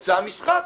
באמצע המשחק,